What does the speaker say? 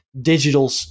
digital